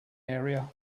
area